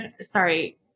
sorry